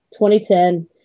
2010